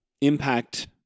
impact